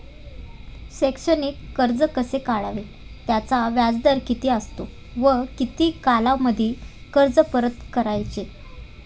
शैक्षणिक कर्ज कसे काढावे? त्याचा व्याजदर किती असतो व किती कालावधीमध्ये कर्ज परत करायचे?